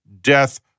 death